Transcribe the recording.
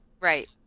Right